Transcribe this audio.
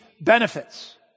benefits